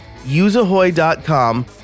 useahoy.com